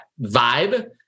vibe